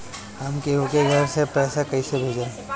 हम केहु के घर से पैसा कैइसे भेजम?